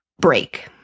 break